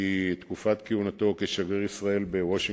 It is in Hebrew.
היא תקופת כהונתו בתפקיד שגריר ישראל בוושינגטון,